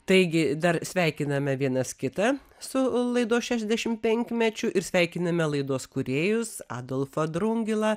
taigi dar sveikiname vienas kitą su laidos šešiasdešim penkmečiu ir sveikiname laidos kūrėjus adolfą drungilą